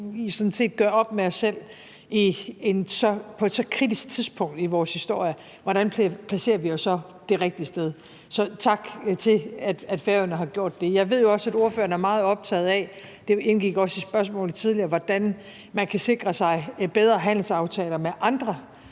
gør op med os selv på så kritisk et tidspunkt i vores historie, hvordan vi placerer os det rigtige sted. Så tak for, at Færøerne har gjort det. Jeg ved jo også, at ordføreren er meget optaget af – det indgik også i spørgsmålet tidligere – hvordan man kan sikre sig bedre handelsaftaler med andre